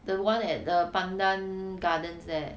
the one at the pandan gardens there